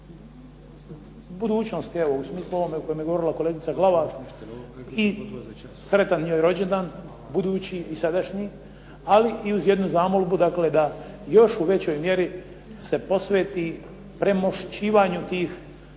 budućnosti evo u smislu ovom u kojem je govorila kolegica Glavan. I sretan joj rođendan budući i sadašnji, ali i uz jednu zamolbu dakle da još u većoj mjeri se posveti premošćivanju tih